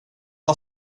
var